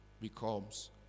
becomes